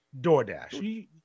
DoorDash